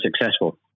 successful